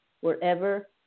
Wherever